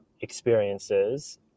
experiences